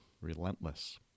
Relentless